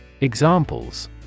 Examples